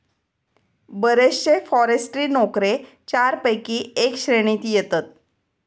बरेचशे फॉरेस्ट्री नोकरे चारपैकी एका श्रेणीत येतत